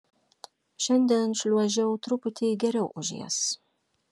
šiandien šliuožiau truputį geriau už jas